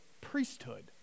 priesthood